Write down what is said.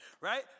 right